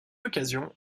occasion